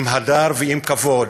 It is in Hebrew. עם הדר ועם כבוד,